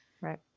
Right